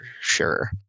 sure